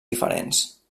diferents